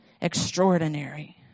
extraordinary